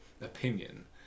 opinion